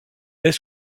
est